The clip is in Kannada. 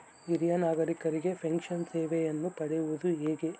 ಹಿರಿಯ ನಾಗರಿಕರಿಗೆ ಪೆನ್ಷನ್ ಸೇವೆಯನ್ನು ಪಡೆಯುವುದು ಹೇಗೆ?